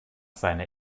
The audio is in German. seiner